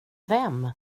vem